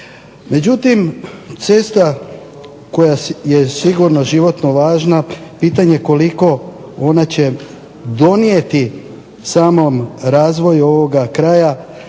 Međutim, cesta koja je sigurno životno važna pitanje koliko ona će donijeti samom razvoju ovoga kraja